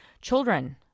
Children